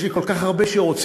יש לי כל כך הרבה שרוצים,